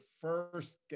first